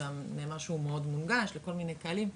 ונאמר שהוא מאד מונגש לכל מיני קהלים,